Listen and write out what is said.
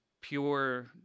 pure